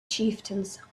chieftains